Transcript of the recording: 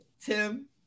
Tim